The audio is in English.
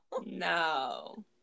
No